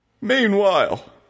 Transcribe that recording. Meanwhile